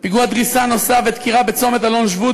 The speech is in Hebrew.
פיגוע דריסה נוסף ודקירה בצומת אלון-שבות,